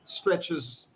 stretches